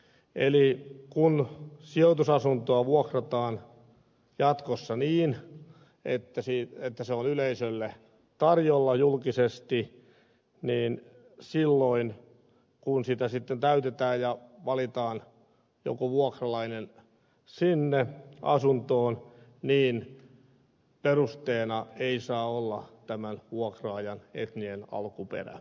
eli kun sijoitusasuntoa vuokrataan jatkossa niin että se on yleisölle tarjolla julkisesti niin silloin kun sitä sitten täytetään ja valitaan joku vuokralainen asuntoon perusteena ei saa olla tämän vuokraajan etninen alkuperä